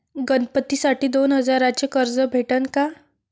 गणपतीसाठी दोन हजाराचे कर्ज भेटन का?